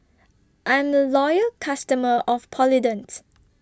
I'm A Loyal customer of Polident